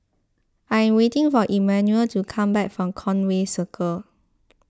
I am waiting for Emanuel to come back from Conway Circle